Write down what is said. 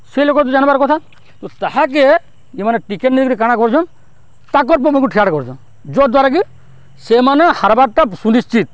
ସେ ଲୋକ୍ ତ ଜାଣ୍ବାର୍ କଥା ତ ତାହାକେ ଇମାନେ ଟିକେଟ୍ ନେଇକିରି କାଣା କରୁଚନ୍ ତାଙ୍କର୍ ପୋମାନ୍କୁ ଠିଆଡ଼୍ କରୁଚନ୍ ଯତ୍ଦ୍ୱାରା କି ସେମାନେ ହାର୍ବାର୍ଟା ସୁନିଶ୍ଚିତ୍